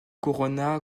corona